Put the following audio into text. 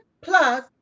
plus